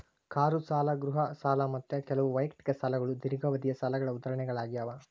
car ಸಾಲ ಗೃಹ ಸಾಲ ಮತ್ತ ಕೆಲವು ವೈಯಕ್ತಿಕ ಸಾಲಗಳು ದೇರ್ಘಾವಧಿಯ ಸಾಲಗಳ ಉದಾಹರಣೆಗಳಾಗ್ಯಾವ